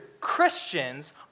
Christians